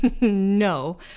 No